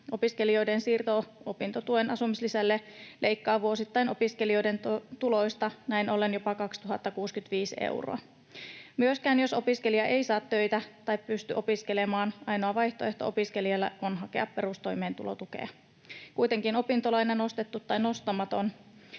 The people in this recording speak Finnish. Opiskelijoiden siirto opintotuen asumislisälle leikkaa vuosittain opiskelijoiden tuloista näin ollen jopa 2 065 euroa. Jos opiskelija ei myöskään saa töitä tai pysty opiskelemaan, ainoa vaihtoehto opiskelijalla on hakea perustoimeentulotukea. Kuitenkin opintolaina, nostettu tai nostamaton,